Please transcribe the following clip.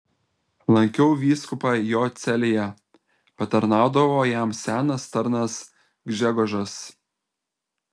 lankiau vyskupą jo celėje patarnaudavo jam senas tarnas gžegožas